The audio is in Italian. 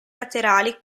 laterali